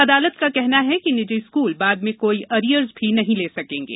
अदालत का कहना है कि निजी स्कूल बाद में कोई एरियर्स भी नहीं ले सकेंगे